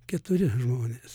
keturi žmonės